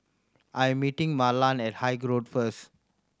I'm meeting Marland at Haig Road first